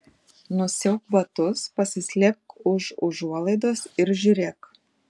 nusiauk batus pasislėpk už užuolaidos ir žiūrėk